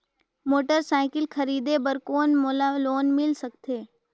Motorcycle खरीदे बर कौन मोला लोन मिल सकथे?